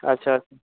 ଆଚ୍ଛା